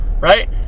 right